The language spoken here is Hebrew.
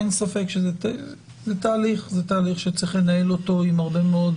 אין ספק שזה תהליך שצריך לנהל אותו עם הרבה מאוד